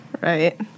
Right